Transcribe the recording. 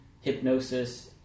hypnosis